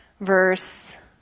verse